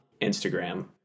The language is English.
Instagram